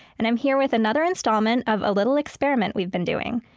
and i'm here with another installment of a little experiment we've been doing.